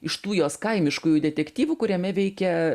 iš tų jos kaimiškųjų detektyvų kuriame veikia